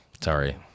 Sorry